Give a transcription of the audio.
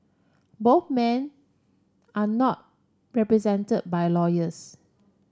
both men are not represented by lawyers